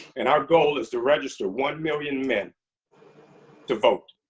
and our goal is to register one million men to vote.